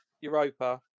Europa